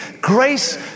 Grace